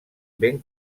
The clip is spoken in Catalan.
ben